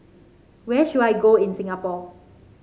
where should I go in Singapore